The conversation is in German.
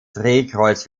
drehkreuz